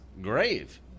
grave